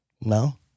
No